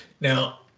now